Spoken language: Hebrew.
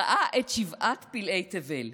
ראה את שבעת פלאי תבל,